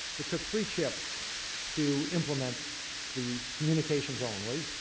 it took three chips to implement the communications only.